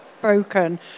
broken